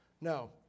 No